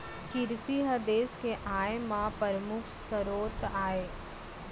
किरसी ह देस के आय म परमुख सरोत आय